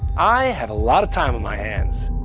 i have a lot of times on my hand,